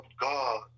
God